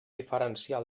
diferenciar